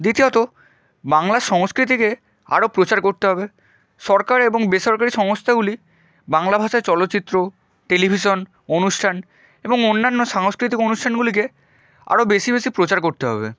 দ্বিতীয়ত বাংলা সংস্কৃতিকে আরও প্রচার করতে হবে সরকার এবং বেসরকারি সংস্থাগুলি বাংলা ভাষায় চলচ্চিত্র টেলিভিশন অনুষ্ঠান এবং অন্যান্য সাংস্কৃতিক অনুষ্ঠানগুলিকে আরও বেশি বেশি প্রচার করতে হবে